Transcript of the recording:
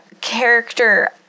character